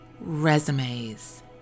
resumes